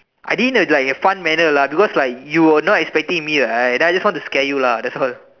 I did it in like in a fun manner because like you were not expecting me right then I just want to scare you ah that's all